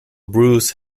brews